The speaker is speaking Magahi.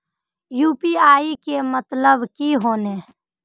यु.पी.आई के मतलब की होने?